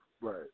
Right